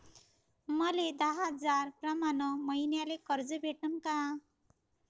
मले दहा हजार प्रमाण मईन्याले कर्ज भेटन का?